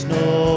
no